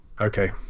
Okay